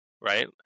right